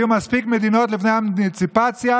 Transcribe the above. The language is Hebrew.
פועלים של הממשלה.